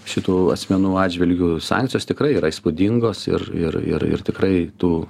šitų asmenų atžvilgiu sankcijos tikrai yra įspūdingos ir ir ir tikrai tų